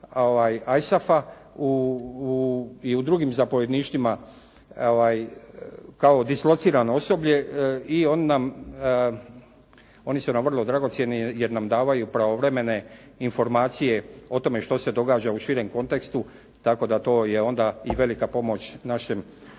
ISAF-a i u drugim zapovjedništvima kao dislocirano osoblje i oni su nam vrlo dragocjeni, jer nam daju pravovremene informacije o tome što se događa u širem kontekstu, tako da to je onda i velika pomoć našem